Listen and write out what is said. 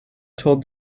told